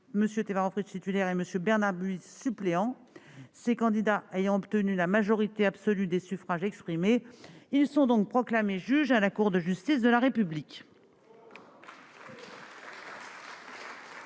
M. Teva Rohfritsch, titulaire, et M. Bernard Buis, suppléant, 269 voix. Ces candidats ayant obtenu la majorité absolue des suffrages exprimés, ils sont proclamés juges à la Cour de justice de la République.